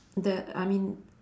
the I mean